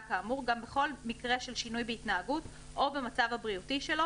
כאמור גם בכל מקרה של שינוי בהתנהגות או במצב הבריאותי שלו,